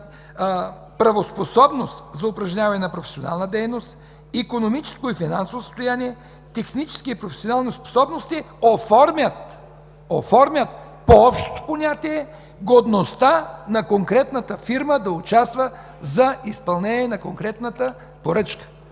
правоспособност за упражняване на професионална дейност, икономическо и финансово състояние, технически и професионални способности, оформят по-общото понятие „годността” на конкретната фирма да участва за изпълнение на конкретната поръчка.